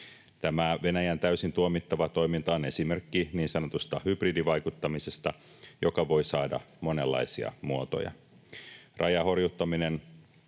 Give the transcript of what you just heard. Tämä Venäjän täysin tuomittava toiminta on esimerkki niin sanotusta hybridivaikuttamisesta, joka voi saada monenlaisia muotoja. Rajahorjuttaminen